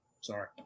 Sorry